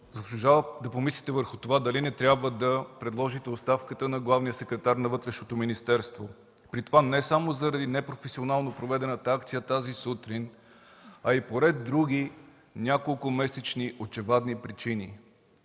заслужава да помислите върху това дали не трябва да предложите оставката на главния секретар на Министерството на вътрешните работи, при това не само заради непрофесионално проведената акция тази сутрин, а и по ред други неколкомесечни очевадни причини.